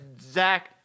Zach